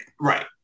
Right